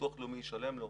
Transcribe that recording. ביטוח לאומי ישלם לו.